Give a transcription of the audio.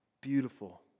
Beautiful